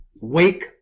Wake